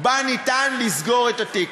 מה שניתן לסגור בו את התיק.